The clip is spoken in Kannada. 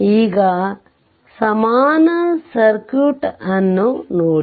ಈಗ ಸಮಾನ ಸರ್ಕ್ಯೂಟ್ ಅನ್ನು ನೋಡಿ